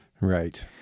Right